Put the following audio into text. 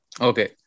Okay